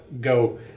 go